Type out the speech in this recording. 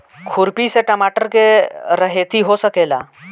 खुरपी से टमाटर के रहेती हो सकेला?